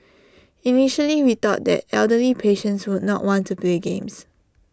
initially we thought that elderly patients would not want to play games